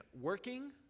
working